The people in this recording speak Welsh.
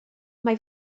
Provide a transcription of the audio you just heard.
mae